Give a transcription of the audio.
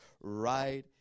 right